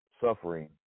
suffering